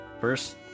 First